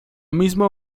mismo